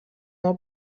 more